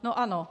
No ano.